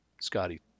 Scotty